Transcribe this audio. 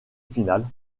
finale